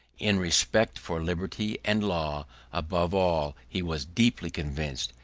in respect for liberty and law above all he was deeply convinced,